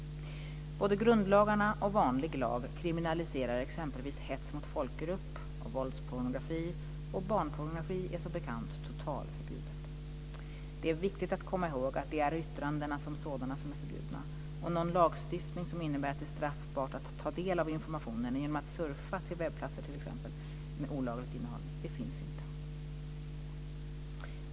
Både grundlagarna och vanlig lag kriminaliserar exempelvis hets mot folkgrupp och våldspornografi, och barnpornografi är som bekant totalförbjudet. Det är viktigt att komma ihåg att det är yttrandena som sådana som är förbjudna. Någon lagstiftning som innebär att det är straffbart att ta del av information genom att surfa till webbplatser med olagligt innehåll finns inte.